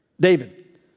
David